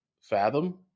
fathom